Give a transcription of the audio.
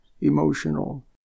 emotional